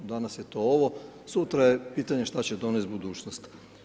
Danas je to ovo, sutra je pitanje šta će donest budućnost.